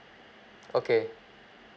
okay